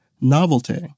novelty